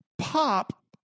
Pop